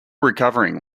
recovering